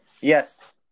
Yes